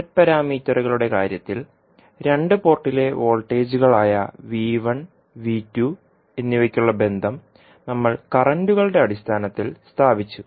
Z പാരാമീറ്ററുകളുടെ കാര്യത്തിൽ രണ്ട് പോർട്ടുകളിലെ വോൾട്ടേജുകളായ എന്നിവയ്ക്കുള്ള ബന്ധം നമ്മൾ കറന്റുകളുടെ അടിസ്ഥാനത്തിൽ സ്ഥാപിച്ചു